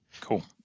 Cool